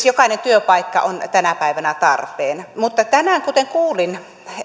jokainen työpaikka on tänä päivänä tarpeen mutta tänään kuulin